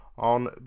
On